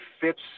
fits